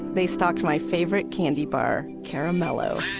they stocked my favorite candy bar, caramello.